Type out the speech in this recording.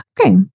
Okay